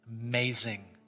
amazing